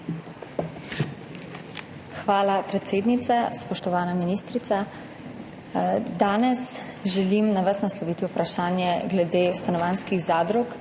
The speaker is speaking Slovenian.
Hvala, predsednica. Spoštovana ministrica! Danes želim na vas nasloviti vprašanje glede stanovanjskih zadrug,